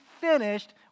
finished